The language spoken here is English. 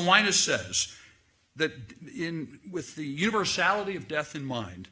minus says that in with the universality of death in mind